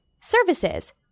services